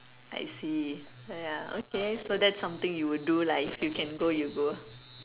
I see ya okay so that's something you will do lah if you can go you will go